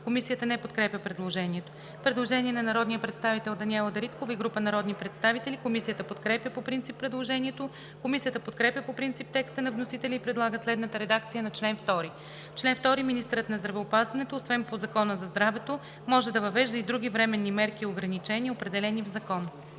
Комисията не подкрепя предложението. Предложение от народния представител Даниела Дариткова и група народни представители: Комисията подкрепя по принцип предложението. Комисията подкрепя по принцип текста на вносителя и предлага следната редакция на чл. 2: „Чл. 2. Министърът на здравеопазването освен по Закона за здравето може да въвежда и други временни мерки и ограничения, определени в закон.“